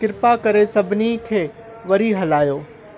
कृपा करे सभिनी खे वरी हलायो